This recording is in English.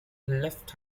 left